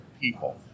people